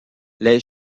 les